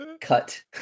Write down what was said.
cut